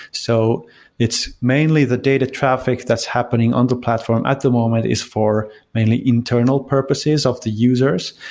so it's mainly the data traffic that's happening on the platform. at the moment it's for mainly internal purposes of the users,